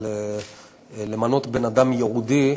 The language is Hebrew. של למנות בן-אדם ייעודי,